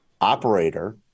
operator